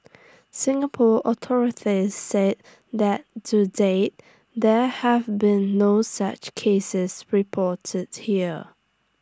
Singapore authorities say that to date there have been no such cases reported here